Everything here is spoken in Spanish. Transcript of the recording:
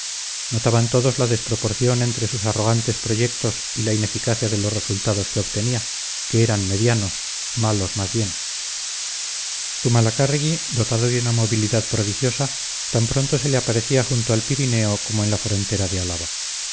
vejez notaban todos la desproporción entre sus arrogantes proyectos y la ineficacia de los resultados que obtenía que eran medianos malos más bien zumalacárregui dotado de una movilidad prodigiosa tan pronto se le aparecía junto al pirineo como en la frontera de álava